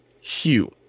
Hugh